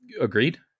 Agreed